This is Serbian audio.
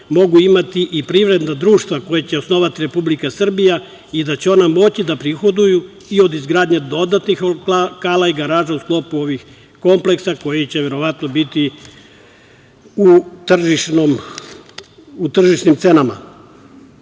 mogu imati i privredna društva koje će osnovati Republika Srbija i da će ona moći da prihoduju i od izgradnje dodatnih lokala i garaža u sklopu ovih kompleksa koji će verovatno biti u tržišnim cenama. Promene